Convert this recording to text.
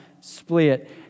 split